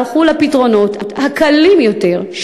הלכו לפתרונות הקלים יותר,